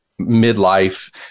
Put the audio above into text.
midlife